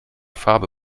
farbe